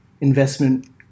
investment